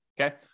okay